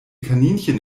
kaninchen